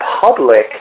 public